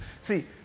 See